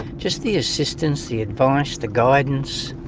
just the assistance, the advice, the guidance,